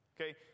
Okay